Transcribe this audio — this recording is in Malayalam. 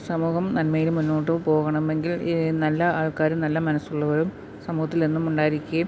സമൂഹം നന്മയിൽ മുന്നോട്ടു പോകണമെങ്കിൽ നല്ല ആൾക്കാരും നല്ല മനസ്സുള്ളവരും സമൂഹത്തിലെന്നും ഉണ്ടായിരിക്കുകയും